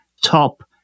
top